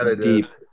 deep